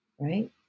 right